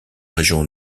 région